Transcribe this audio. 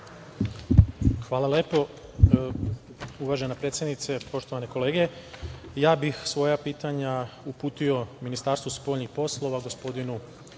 Hvala lepo. Uvažena predsednice, poštovane kolege, ja bih svoja pitanja uputio Ministarstvu spoljnih poslova, gospodinu